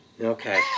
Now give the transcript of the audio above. Okay